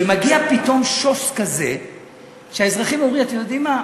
ומגיע פתאום שוס כזה שהאזרחים אומרים: אתם יודעים מה?